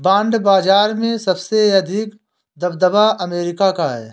bond बाजार में सबसे अधिक दबदबा अमेरिका का है